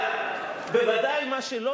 אבל בוודאי מה שלא